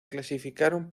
clasificaron